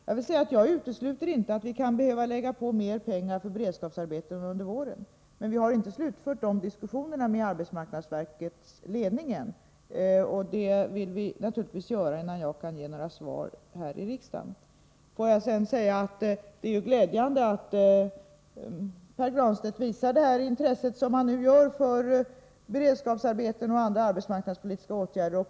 Jag utesluter inte att vi kan behöva lägga på mer pengar på beredskapsarbeten under våren, men vi har ännu inte slutfört diskussionerna med arbetsmarknadsverkets ledning, och det vill vi naturligtvis göra, innan några svar ges här i riksdagen. Får jag sedan säga att det är glädjande att Pär Granstedt visar sådant intresse för beredskapsarbeten och andra arbetsmarknadspolitiska åtgärder.